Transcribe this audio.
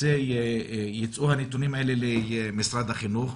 שייצאו הנתונים האלה מהוועדה למשרד החינוך.